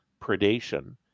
predation